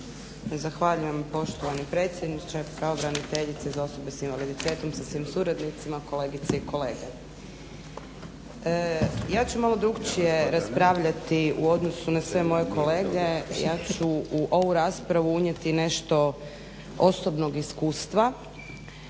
Zahvaljujem poštovani predsjedniče, pravobraniteljice za osobe s invaliditetom sa svim suradnicima, kolegice i kolege. Ja ću malo drukčije raspravljati u odnosu na sve moje kolege. Ja ću u ovu raspravu unijeti nešto osobnog iskustva